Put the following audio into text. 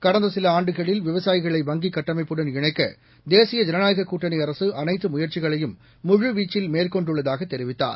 கடந்த சில ஆண்டுகளில் விவசாயிகளை வங்கிக் கட்டமைப்புடன் இணைக்க தேசிய ஜனநாயக கூட்டணி அரசு அனைத்து முயற்சிகளையும் முழுவீச்சில் மேற்கொண்டுள்ளதாக தெரிவித்தார்